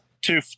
two